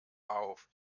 auf